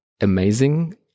amazing